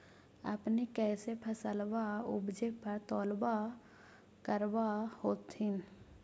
अपने कैसे फसलबा उपजे पर तौलबा करबा होत्थिन?